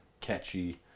catchy